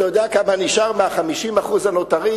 אתה יודע כמה נשאר מה-50% הנותרים?